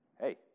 hey